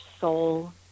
soul